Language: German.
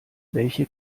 welche